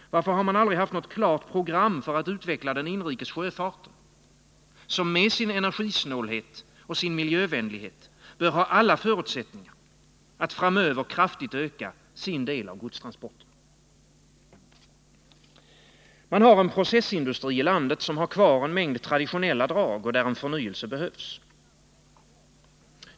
Varför har man aldrig haft något klart program för att utveckla den inrikes sjöfarten, som med sin energisnålhet och sin miljövänlighet bör ha alla förutsättningar för att framöver kraftigt öka sin del av godstransporterna? Man har en processindustri i landet, som har kvar en mängd traditionella drag och där en förnyelse behövs.